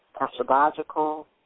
Astrological